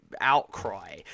outcry